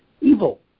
evil